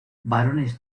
barones